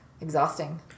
exhausting